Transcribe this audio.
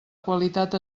qualitat